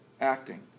acting